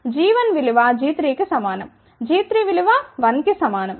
కాబట్టి g1విలువ g3కి సమానం g3 విలువ 1 కి సమానం